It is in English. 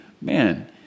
man